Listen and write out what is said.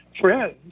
friends